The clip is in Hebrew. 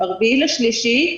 ה-4 למרץ,